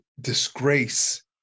disgrace